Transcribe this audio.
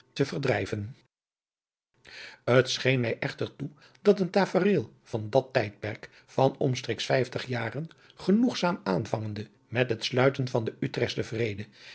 te verdrijven t scheen mij echter toe dat een tafereel van dat tijdperk van omstreeks vijftig jaren genoegzaam aanvangende met het sluiten van den